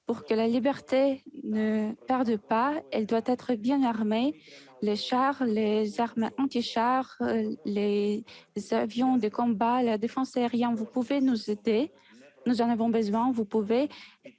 Pour que la liberté ne perde pas, elle doit être bien armée : chars, armes antichars, avions de combat, défense antiaérienne. Vous pouvez nous aider, nous en avons besoin. Pour que